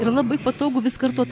yra labai patogu vis kartot